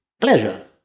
Pleasure